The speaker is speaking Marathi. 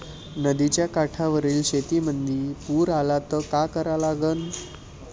नदीच्या काठावरील शेतीमंदी पूर आला त का करा लागन?